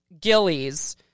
Gillies